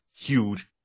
huge